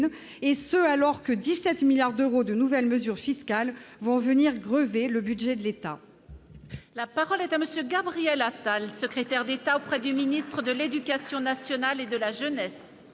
et ce, alors que 17 milliards d'euros de nouvelles mesures fiscales vont venir grever le budget de l'État. La parole est à monsieur Gabriel Attal, secrétaire d'État auprès du ministre de l'Éducation nationale et de la jeunesse.